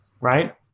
right